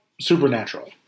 Supernatural